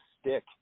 stick